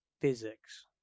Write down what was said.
physics